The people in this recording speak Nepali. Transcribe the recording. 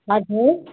हजुर